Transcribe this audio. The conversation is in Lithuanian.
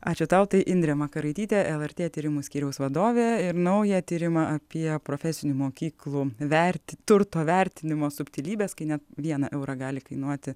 ačiū tau tai indrė makaraitytė lrt tyrimų skyriaus vadovė ir naują tyrimą apie profesinių mokyklų verti turto vertinimo subtilybes kai net vieną eurą gali kainuoti